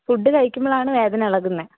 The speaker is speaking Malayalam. ഫുഡ് കഴിക്കുമ്പോളാണ് വേദന ഇളകുന്നത്